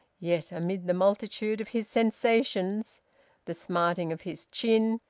yet, amid the multitude of his sensations the smarting of his chin,